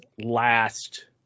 last